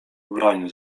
ubraniu